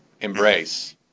embrace